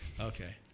Okay